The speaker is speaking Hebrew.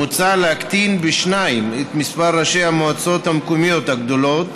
מוצע להקטין בשניים את מספר ראשי המועצות המקומיות הגדולות